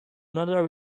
another